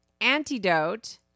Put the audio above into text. antidote